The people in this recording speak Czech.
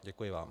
Děkuji vám.